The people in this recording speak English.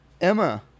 Emma